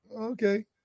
okay